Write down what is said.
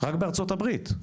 רק בארצות הברית,